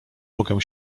mogę